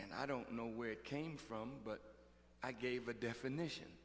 and i don't know where it came from but i gave the definition